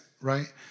right